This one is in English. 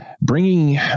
bringing